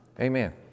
Amen